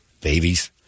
Babies